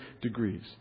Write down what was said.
degrees